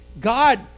God